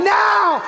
now